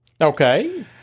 Okay